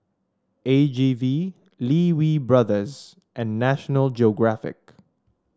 A G V Lee Wee Brothers and National Geographic